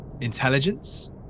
intelligence